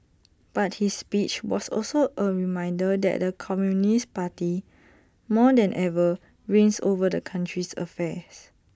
but his speech was also A reminder that the communist party more than ever reigns over the country's affairs